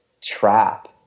trap